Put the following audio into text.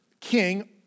king